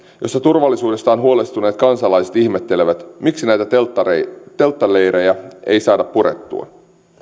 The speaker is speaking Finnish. jossa turvallisuudestaan huolestuneet kansalaiset ihmettelevät miksi näitä telttaleirejä ei saada purettua